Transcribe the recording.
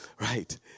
right